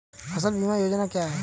फसल बीमा योजना क्या है?